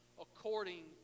according